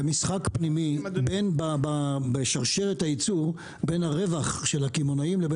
זה משחק פנימי בשרשרת הייצור בין הרווח של הקמעונאים לבין